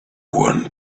one